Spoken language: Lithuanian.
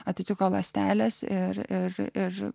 atitiko ląstelės ir